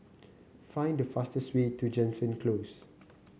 find the fastest way to Jansen Close